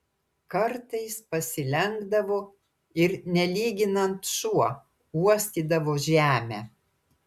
kartais pasilenkdavo ir nelyginant šuo uostydavo žemę